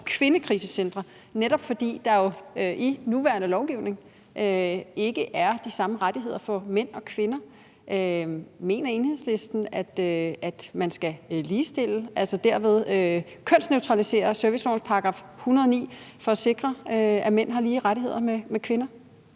kvindekrisecentre, netop fordi der i den nuværende lovgivning ikke er de samme rettigheder for mænd og kvinder: Mener Enhedslisten, at man skal ligestille, altså kønsneutralisere servicelovens § 109, for at sikre, at mænd har lige rettigheder med kvinder?